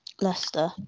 Leicester